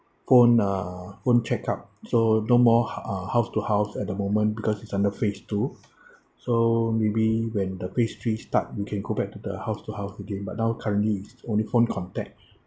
own uh own check up so no more h~ uh house-to-house at the moment because it's under phase two so maybe when the phase three start we can go back to the house-to-house again but now currently is only phone contact